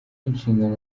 inshingano